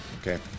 okay